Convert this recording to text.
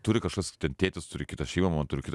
turi kažkas tėtis turi kitą šeimą mama turi kitą